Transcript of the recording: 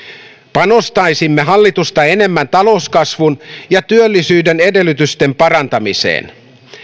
panostaisimme hallitusta enemmän talouskasvun ja työllisyyden edellytysten parantamiseen